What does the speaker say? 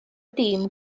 dîm